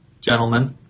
gentlemen